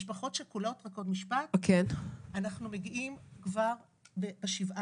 לגבי משפחות שכולות, אנחנו מגיעים כבר בשבעה.